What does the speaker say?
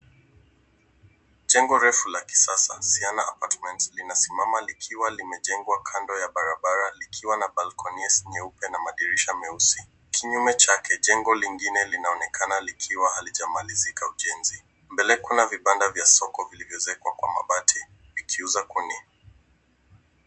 Jengo refu la kisasa, Siana Apartments linasimama likiwa limejengwa kando ya barabara likiwa na balconies nyeupe na madirisha meusi. Kinyume chake, jengo lingine linaonekana likiwa halijamalizika ujenzi. Mbele kuna vibanda vya soko vilivyoezekwa kwa mabati vikiuza kuni.